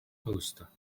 poster